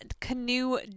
Canoe